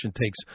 takes